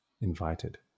invited